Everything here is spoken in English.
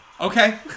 Okay